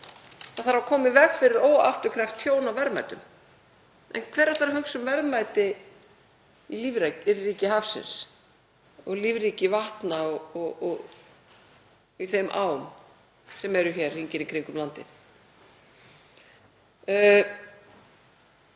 það þarf að koma í veg fyrir óafturkræft tjón á verðmætum. En hver ætlar að hugsa um verðmæti í lífríki hafsins og lífríki vatna og í þeim ám sem eru hér hringinn í kringum landið?